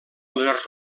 les